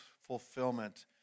fulfillment